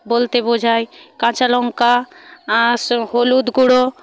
বলতে বোঝায় কাঁচালঙ্কা স হলুদ গুঁড়ো